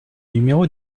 numéro